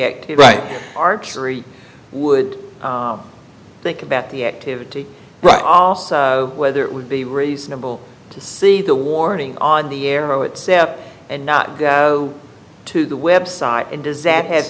right archery would think about the activity right off whether it would be reasonable to see the warning on the arrow itself and not to the website and does that has